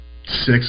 six